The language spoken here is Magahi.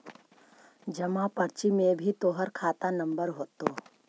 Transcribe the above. जमा पर्ची में भी तोहर खाता नंबर होतो